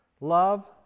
Love